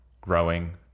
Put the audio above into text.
growing